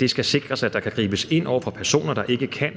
Det skal sikres, at der kan gribes ind over for personer, der ikke kan